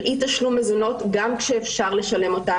אי תשלום מזונות גם כשאפשר לשלם אותם,